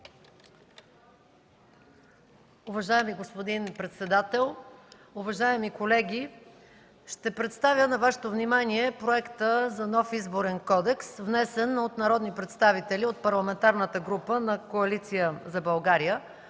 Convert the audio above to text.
Уважаеми господин председател, уважаеми колеги, ще представя на Вашето внимание Проекта за нов Изборен кодекс, внесен от народни представители от Парламентарната група на Коалиция за България.